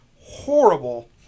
horrible